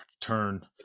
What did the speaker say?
turn